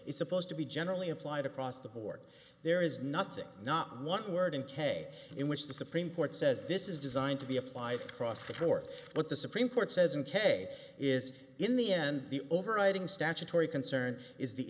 is supposed to be generally applied across the board there is nothing not one word in k in which the supreme court says this is designed to be applied across the board what the supreme court says in k is in the end the overriding statutory concern is the